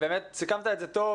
סיכמת את זה טוב,